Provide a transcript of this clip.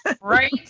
Right